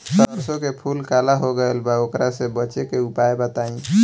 सरसों के फूल काला हो गएल बा वोकरा से बचाव के उपाय बताई?